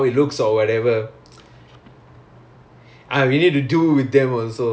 oh and and some more like you need to do with them is it like in